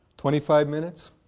twenty five minutes.